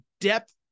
depth